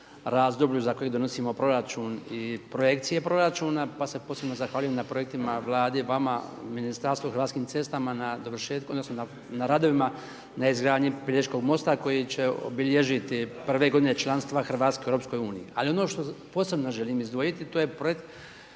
razdoblju za koje donosimo proračun i projekcije proračuna pa se posebno zahvaljujem na projektima Vlade, vama, Ministarstvu, Hrvatskim cestama na dovršetku, odnosno na radovima, na izgradnji Pelješkog mosta koji će obilježiti prve godine članstva Hrvatske Europskoj Uniji. Ali ono što posebno želim izdvojiti to je projekt